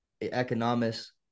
economist